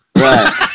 Right